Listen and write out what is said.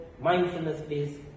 mindfulness-based